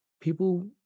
People